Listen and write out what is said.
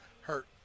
Hurt